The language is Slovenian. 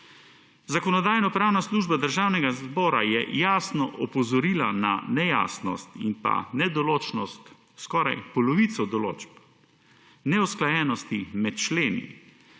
Zakonodajno-pravna služba Državnega zbora je jasno opozorila na nejasnost in pa nedoločnost skoraj polovico določb, neusklajenosti med členi,